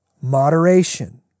moderation